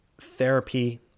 therapy